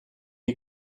est